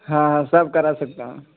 ہاں سب کرا سکتا ہوں